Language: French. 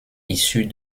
issues